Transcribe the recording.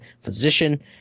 physician